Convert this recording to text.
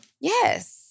Yes